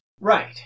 Right